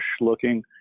looking